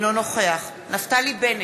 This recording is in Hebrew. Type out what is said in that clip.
אינו נוכח נפתלי בנט,